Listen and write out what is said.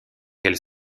elles